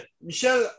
Michel